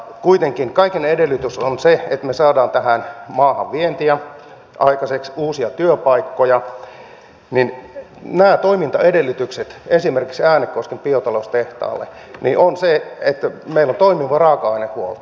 kuitenkin kaiken edellytys on se että me saamme tähän maahan vientiä aikaiseksi uusia työpaikkoja ja nämä toimintaedellytykset esimerkiksi äänekosken biotaloustehtaalle ovat sitä että meillä on toimiva raaka ainehuolto